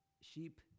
sheep